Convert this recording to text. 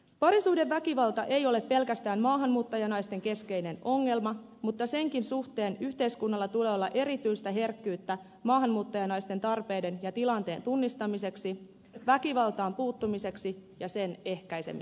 parisuhdeväkivalta ei ole pelkästään maahanmuuttajanaisten keskeinen ongelma mutta senkin suhteen yhteiskunnalla tulee olla erityistä herkkyyttä maahanmuuttajanaisten tarpeiden ja tilanteen tunnistamiseksi väkivaltaan puuttumiseksi ja sen ehkäisemiseksi